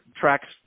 tracks